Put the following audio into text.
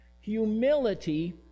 Humility